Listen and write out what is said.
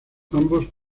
ambos